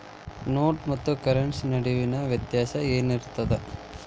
ನೋಟ ಮತ್ತ ಕರೆನ್ಸಿ ನಡುವಿನ ವ್ಯತ್ಯಾಸ ಏನಿರ್ತದ?